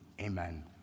Amen